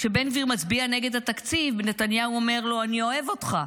כשבן גביר מצביע נגד התקציב נתניהו אומר לו: אני אוהב אותך.